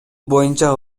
боюнча